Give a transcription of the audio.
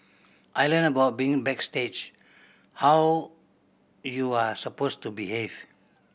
I learnt about being backstage how you are supposed to behave